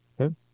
Okay